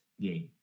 game